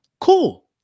Cool